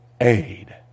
aid